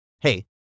hey